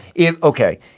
Okay